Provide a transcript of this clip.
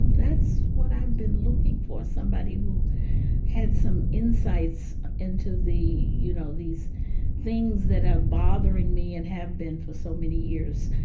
that's what i've been looking for, somebody who had some insights into the, you know, these things that are bothering me and have been for so many years.